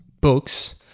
books